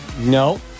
No